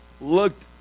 looked